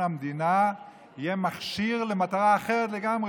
המדינה יהיה מכשיר למטרה אחרת לגמרי,